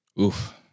Oof